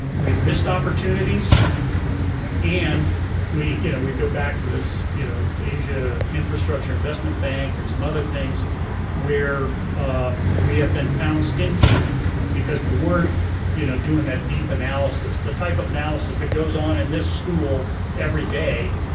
we've missed opportunities and we you know we go back to this you know asia infrastructure investment bank and some other things where we have been found stinting because we weren't you know doing that deep analysis, the type of analysis that goes on in this school every day,